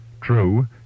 True